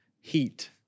heat